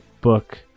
book